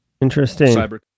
Interesting